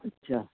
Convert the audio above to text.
اچھا